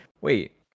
Wait